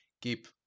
keep